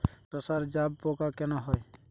সর্ষায় জাবপোকা কেন হয়?